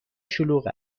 شلوغ